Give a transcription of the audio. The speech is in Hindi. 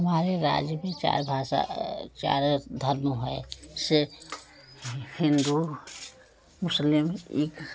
हमारे राज में चार भाषा चारों धर्म है सिख हिन्दू मुस्लिम ईख